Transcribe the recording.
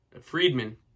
Friedman